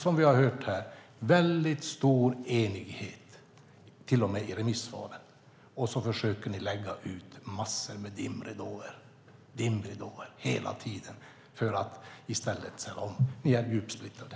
Som vi hört finns stor enighet till och med i remissvaren, och ändå försöker ni hela tiden lägga ut mängder med dimridåer för att ni är uppsplittrade.